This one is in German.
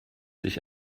sich